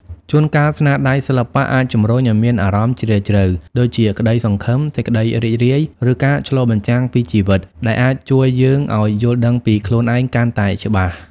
ជួនកាល ស្នាដៃសិល្បៈអាចជំរុញឲ្យមានអារម្មណ៍ជ្រាលជ្រៅ ដូចជាក្តីសង្ឃឹម សេចក្តីរីករាយ ឬការឆ្លុះបញ្ចាំងពីជីវិត ដែលអាចជួយយើងឲ្យយល់ដឹងពីខ្លួនឯងកាន់តែច្បាស់។